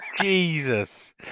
Jesus